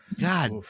God